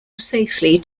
safely